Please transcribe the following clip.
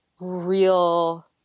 real